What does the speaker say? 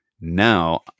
Now